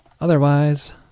Otherwise